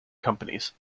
companies